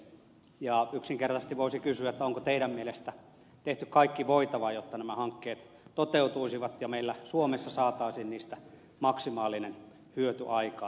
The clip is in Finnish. ja yksinkertaisesti voisi kysyä onko teidän mielestänne tehty kaikki voitava jotta nämä hankkeet toteutuisivat ja meillä suomessa saataisiin niistä maksimaalinen hyöty aikaan